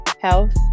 health